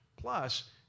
Plus